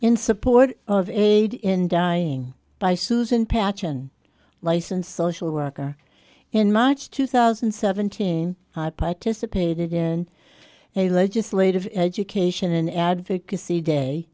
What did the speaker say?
in support of aid in dying by susan patchen licensed social worker in march two thousand and seventeen i participated in a legislative education and advocacy day